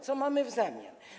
Co mamy w zamian?